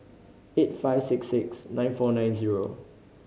eight five six six nine four nine zero